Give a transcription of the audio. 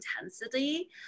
intensity